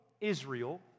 Israel